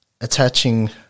attaching